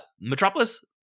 Metropolis